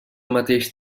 mateix